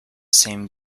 same